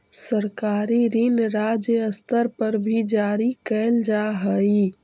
सरकारी ऋण राज्य स्तर पर भी जारी कैल जा हई